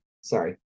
Sorry